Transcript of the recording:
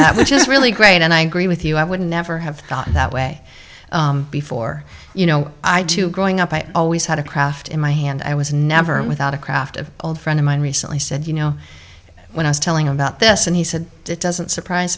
that which is really great and i agree with you i would never have thought that way before you know i do growing up i always had a craft in my hand i was never without a craft of old friend of mine recently said you know when i was telling about this and he said it doesn't surprise